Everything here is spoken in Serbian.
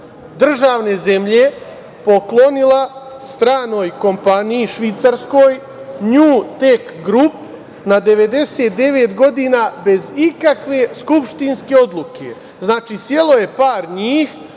državne zemlje poklonila stranoj kompaniji švajcarskoj „New take group“ na 99 godina, bez ikakve skupštinske odluke. Znači, selo je par njih,